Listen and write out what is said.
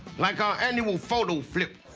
like our annual photo flip.